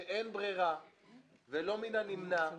שאין ברירה ולא מן הנמנע --- אפשר,